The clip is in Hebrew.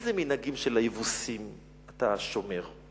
איזה מנהגים של היבוסים אתה שומר?